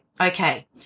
Okay